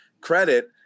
credit